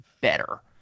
better